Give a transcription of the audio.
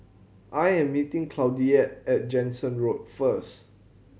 I am meeting Claudette at Jansen Road first